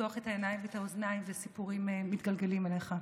לפתוח את העיניים והאוזניים והסיפורים מתגלגלים אליך.